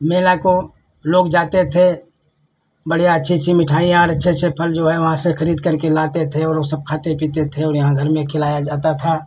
मेला को लोग जाते थे बढ़ियाँ अच्छी अच्छी मिठाइयाँ और अच्छे अच्छे फल जो है वहाँ से खरीद करके लाते थे और वह सब खाते पीते थे और यहाँ घर में खिलाया जाता था